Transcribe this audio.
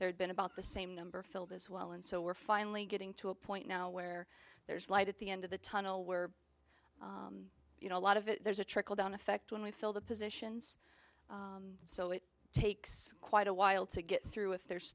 there'd been about the same number filled as well and so we're finally getting to a point now where there's light at the end of the tunnel where you know a lot of it there's a trickle down effect when we fill the positions so it takes quite a while to get through if there's